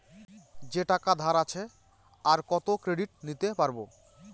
যে টাকা ধার আছে, আর কত ক্রেডিট নিতে পারবো?